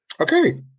okay